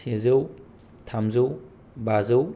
सेजौ थामजौ बाजौ